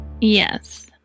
Yes